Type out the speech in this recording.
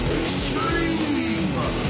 extreme